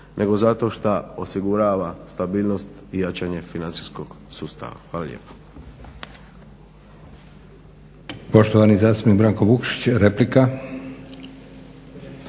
nego zato što osigurava stabilnost i jačanje financijskog sustava. Hvala lijepo.